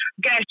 get